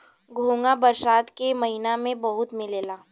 घोंघा बरसात के महिना में बहुते मिलला